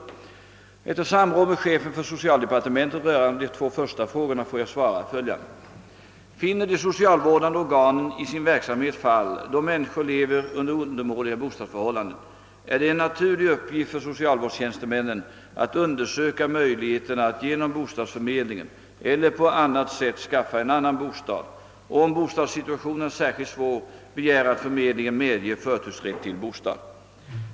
Efter samråd med chefen för socialdepartementet rörande de två första frågorna får jag svara följande. Finner de socialvårdande organen i sin verksamhet fall då människor lever under undermåliga bostadsförhållanden, är det en naturlig uppgift för socialvårdstjänstemännen att undersöka möjligheterna att genom bostadsförmedlingen eller på annat sätt skaffa en annan bostad och om bostadssituationen är särskilt svår begära att förmedlingen medger förtursrätt till bostad.